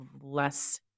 less